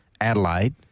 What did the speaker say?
Adelaide